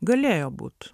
galėjo būt